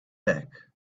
back